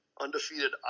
Undefeated